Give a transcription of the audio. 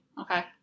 Okay